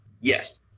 Yes